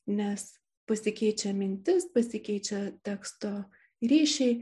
nes pasikeičia mintis pasikeičia teksto ryšiai